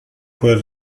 quel